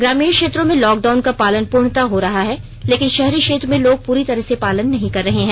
ग्रामीण क्षेत्रों में लॉकडाउन का पालन पूर्णतः हो रहा है लेकिन शहरी क्षेत्र में लोग पूरी तरह से पालन नहीं कर रहें हैं